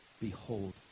Behold